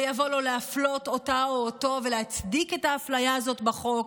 ויבוא לו להפלות אותה או אותו ולהצדיק את האפליה הזאת בחוק,